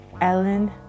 Ellen